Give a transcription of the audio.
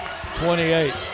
28